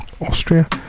austria